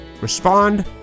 respond